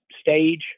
stage